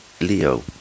Leo